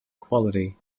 quality